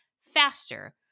faster